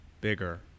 bigger